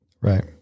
Right